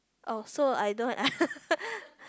oh so I don't